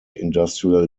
industrial